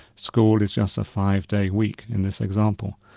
school is just a five-day week in this example.